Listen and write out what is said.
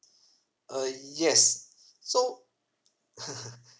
uh yes so